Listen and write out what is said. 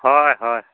হয় হয়